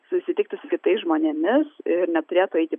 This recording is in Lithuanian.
susitikti su kitais žmonėmis ir neturėtų eiti